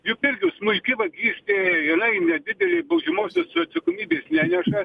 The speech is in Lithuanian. juk irgi smulki vagystė jinai nedidelė baudžiamosios atsakomybės neneša